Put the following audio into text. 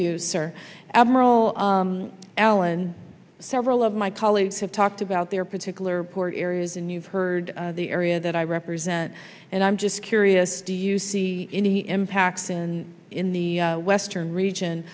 you sir admiral allen several of my colleagues have talked about their particular poor areas and you've heard the area that i represent and i'm just curious do you see any impact in in the western region